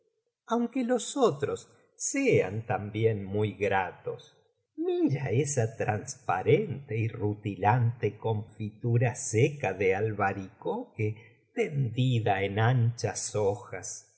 noche los otros sean también muy gratos mira esa transparente y rutilante confitara seca de albaricoque tendida en anchas hojas y